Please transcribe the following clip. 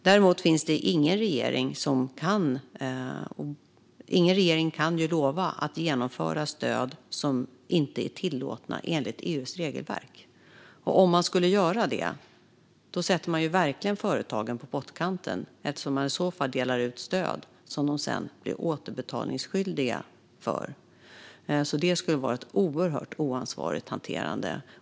Däremot finns det ingen regering som kan lova att genomföra stöd som inte är tillåtna enligt EU:s regelverk. Om man gör det sätter man verkligen företagen på pottkanten eftersom man i så fall delar ut stöd som företagen sedan blir skyldiga att återbetala. Det skulle vara ett oerhört oansvarigt hanterande.